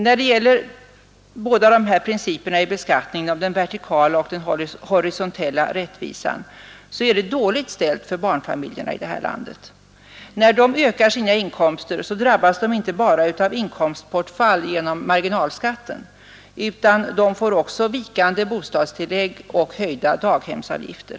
När det gäller båda dessa principer i beskattningen, den vertikala och den horisontella rättvisan, är det dåligt ställt för barnfamiljerna. När de ökar sina inkomster drabbas de inte bara av inkomstbortfall genom marginalskatten utan de får också vikande bostadstillägg och höjda daghemsavgifter.